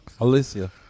Alicia